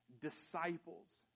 disciples